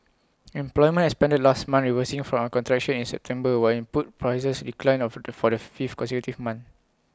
employment expanded last month reversing from A contraction in September while input prices declined of for the fifth consecutive month